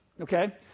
Okay